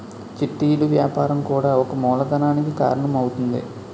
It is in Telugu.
చిట్టీలు వ్యాపారం కూడా ఒక మూలధనానికి కారణం అవుతుంది